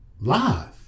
live